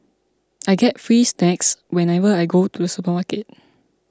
I get free snacks whenever I go to the supermarket